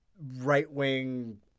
right-wing